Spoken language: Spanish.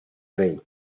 rey